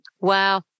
Wow